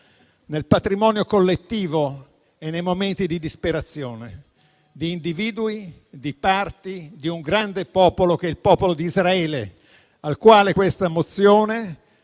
nel patrimonio collettivo e nei momenti di disperazione di individui, di parti di un grande popolo, il popolo d'Israele, al quale il